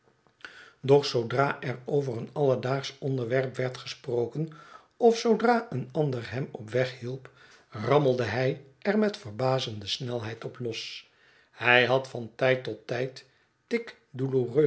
doch zoodra er over een alledaagsch onderwerp werd gesproken of zoodra een ander hem op weg hielp rammelde hij er met verbazende snelheid op los hij had van tijd tot tijd